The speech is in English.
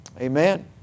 Amen